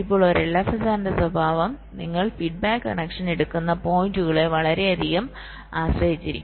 ഇപ്പോൾ ഒരു LFSR ന്റെ സ്വഭാവം നിങ്ങൾ ഫീഡ്ബാക്ക് കണക്ഷൻ എടുക്കുന്ന പോയിന്റുകളെ വളരെയധികം ആശ്രയിച്ചിരിക്കും